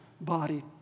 body